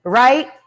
right